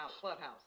Clubhouse